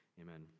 amen